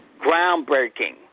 groundbreaking